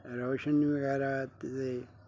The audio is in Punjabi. ਰੌਸ਼ਨੀ ਵਗੈਰਾ ਅਤੇ